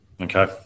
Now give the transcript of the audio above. okay